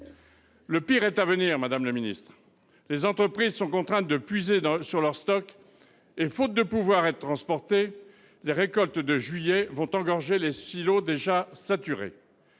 Le pire est à venir : les entreprises sont contraintes de puiser dans leurs stocks et, faute de pouvoir être transportées, les récoltes de juillet vont engorger des silos déjà saturés.